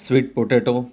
sweet potato